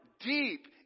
deep